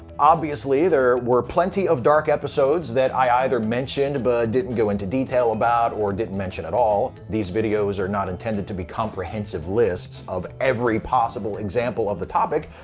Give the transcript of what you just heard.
obviously, there were plenty of dark episodes that i either mentioned but didn't go into detail about, or didn't mention at all. these videos are not intended to be comprehensive lists of every possible example of the topic.